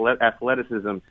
athleticism